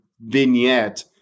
vignette